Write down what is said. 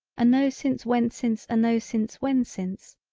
a no since when since a no since when since,